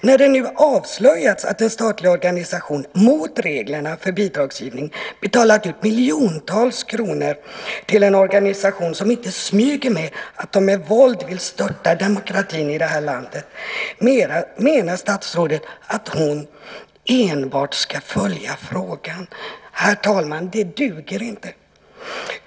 När det nu avslöjats att en statlig organisation, mot reglerna för bidragsgivning, betalat ut miljontals kronor till en organisation som inte smyger med att de med våld vill störta demokratin i det här landet, menar statsrådet att hon enbart ska följa frågan. Det duger inte, herr talman.